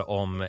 om